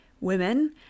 women